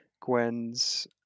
Gwen's